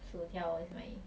薯条 is my